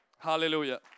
Hallelujah